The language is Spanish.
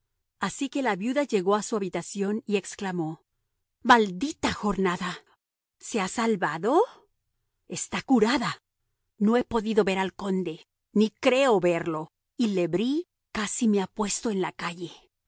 así que la viuda llegó a su habitación exclamó maldita jornada se ha salvado está curada no he podido ver al conde ni creo verlo y le bris casi me ha puesto en la calle